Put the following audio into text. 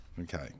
Okay